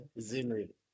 Zimri